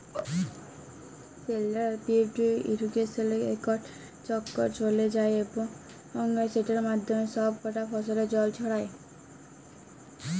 central pivot ইরিগেসলে ইকট চক্কর চলে এবং সেটর মাধ্যমে ছব কটা ফসলে জল ছড়ায়